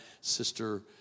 Sister